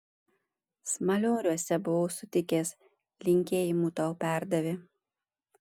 smalioriuose buvau sutikęs linkėjimų tau perdavė